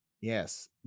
Yes